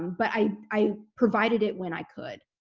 but i i provided it when i could.